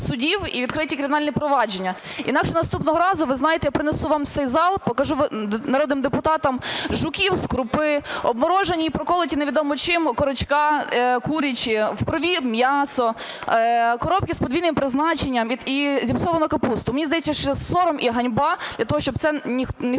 судів і відкриті кримінальні провадження. Інакше наступного разу, ви знаєте, я принесу вам у цей зал, покажу народним депутатам жуків з крупи, обморожені і проколоті невідомо чим окорочка курячі, в крові м'ясо, коробки з подвійним призначенням і зіпсовану капусту. Мені здається, що сором і ганьба… для того, щоб це ніхто